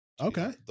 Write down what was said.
Okay